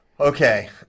Okay